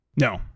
No